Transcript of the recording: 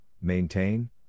maintain